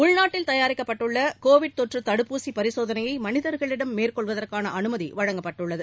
உள்நாட்டில் தயாரிக்கப்பட்டுள்ள கோவிட் தொற்று தடுப்பூசிபரிசோதனையை மனிதர்களிடம் மேற்கொள்வதற்கான அனுமதி வழங்கப்பட்டுள்ளது